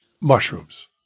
Mushrooms